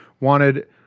wanted